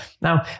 Now